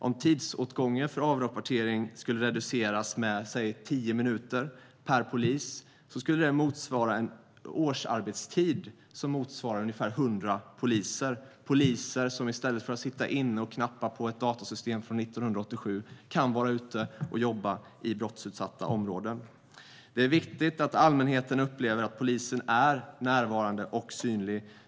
Om tidsåtgången för avrapportering skulle reduceras med säg tio minuter per polis skulle det i årsarbetstid motsvara ungefär hundra poliser, som i stället för att sitta inne och knappa på ett datasystem från 1987 skulle kunna vara ute och jobba i brottsutsatta områden. Det är viktigt att allmänheten upplever att polisen är närvarande och synlig.